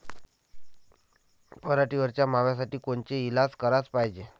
पराटीवरच्या माव्यासाठी कोनचे इलाज कराच पायजे?